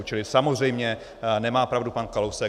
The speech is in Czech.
Čili samozřejmě nemá pravdu pan Kalousek.